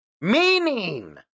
meaning